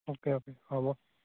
okay okay হ'ব